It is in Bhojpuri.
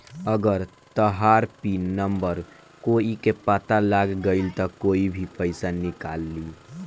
अगर तहार पिन नम्बर कोई के पता लाग गइल त कोई भी पइसा निकाल ली